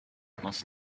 must